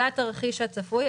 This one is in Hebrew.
זה התרחיש הצפוי,